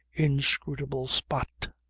inscrutable spot.